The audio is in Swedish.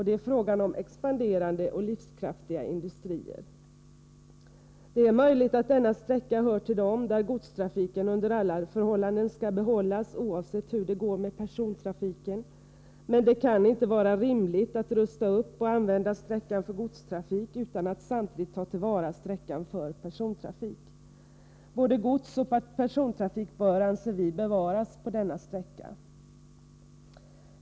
Det är fråga om expanderade och livskraftiga industrier. Det är möjligt att denna sträcka hör till dem där godstrafiken under alla förhållanden skall behållas oavsett hur det går med persontrafiken. Men det kan inte vara rimligt att rusta upp och använda sträckan för godstrafik utan att samtidigt ta till vara den för persontrafik. Både godsoch persontrafik bör, anser vi, bevaras på denna sträcka.